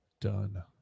Done